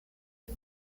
que